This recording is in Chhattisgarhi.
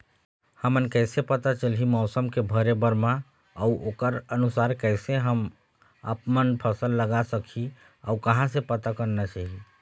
हमन कैसे पता चलही मौसम के भरे बर मा अउ ओकर अनुसार कैसे हम आपमन फसल लगा सकही अउ कहां से पता करना चाही?